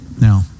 Now